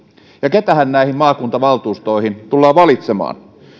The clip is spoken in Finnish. ja keitähän näihin maakuntavaltuustoihin tullaan valitsemaan